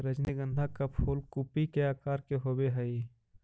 रजनीगंधा का फूल कूपी के आकार के होवे हई